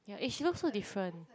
yeah eh she looks so different